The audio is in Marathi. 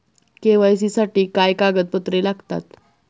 के.वाय.सी साठी काय कागदपत्रे लागतात?